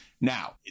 Now